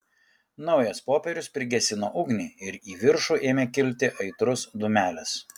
naujas popierius prigesino ugnį ir į viršų ėmė kilti aitrus dūmelis